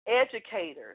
educators